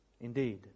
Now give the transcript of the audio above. indeed